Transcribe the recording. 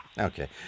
okay